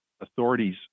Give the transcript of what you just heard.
authorities